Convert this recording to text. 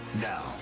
now